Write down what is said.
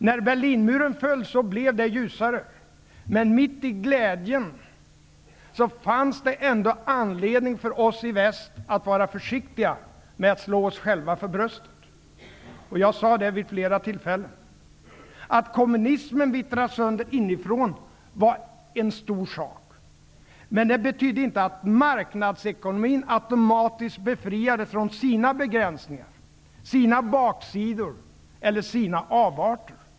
När Berlinmuren föll blev det ljusare, men mitt i glädjen fanns det ändå anledning för oss i väst att vara försiktiga med att slå oss själva för bröstet. Jag sade det vid flera tillfällen. Att kommunismen vittrade sönder inifrån var en stor sak, men det betydde inte att marknadsekonomin automatiskt befriades från sina begränsningar, baksidor och avarter.